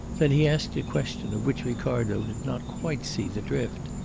then he asked a question, of which ricardo did not quite see the drift.